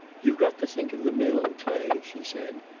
you've got to think of the mill, clay, she said.